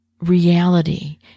reality